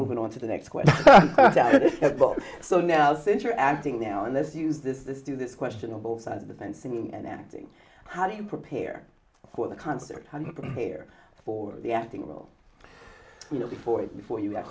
moving on to the next question so now since you're acting now and this use this this do this question on both sides the dancing and acting how do you prepare for the concert how do you prepare for the acting role you know before it before you a